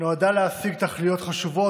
נועדה להשיג תכליות חשובות,